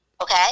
Okay